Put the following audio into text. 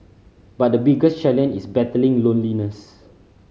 but the biggest challenge is battling loneliness